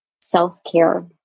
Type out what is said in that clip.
self-care